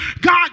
God